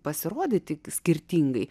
pasirodyti skirtingai